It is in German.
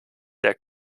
der